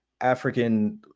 African